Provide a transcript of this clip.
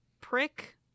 prick